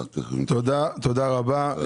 אני חושב שכאשר